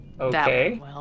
Okay